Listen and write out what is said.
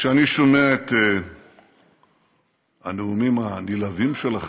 כשאני שומע את הנאומים הנלהבים שלכם,